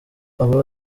aba